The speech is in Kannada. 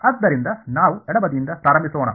ಆದ್ದರಿಂದ ನಾವು ಎಡಬದಿಯಿಂದ ಪ್ರಾರಂಭಿಸೋಣ